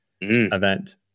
event